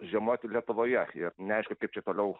žiemoti lietuvoje ir neaišku kaip čia toliau